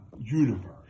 universe